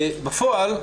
ובפועל,